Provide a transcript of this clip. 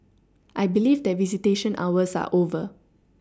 I believe that visitation hours are over